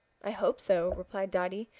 i hope so, replied dotty.